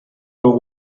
but